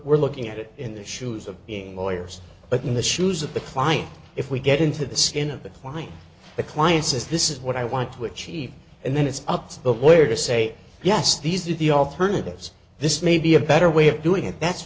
we're looking at it in the shoes of being lawyers but in the shoes of the client if we get into the skin of the wind the client says this is what i want to achieve and then it's up to the lawyer to say yes these are the alternatives this may be a better way of doing it that's